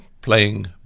playing